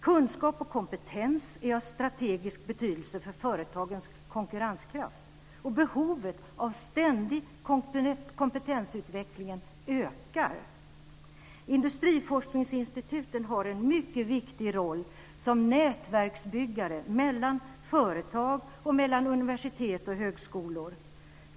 Kunskap och kompetens är av strategisk betydelse för företagens konkurrenskraft, och behovet av ständig kompetensutveckling ökar. Industriforskningsinstituten har en mycket viktig roll som nätverksbyggare mellan företag och mellan universitet och högskolor.